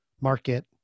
market